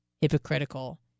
hypocritical